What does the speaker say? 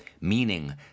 meaning